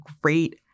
great